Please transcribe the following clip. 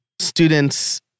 students